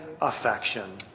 affection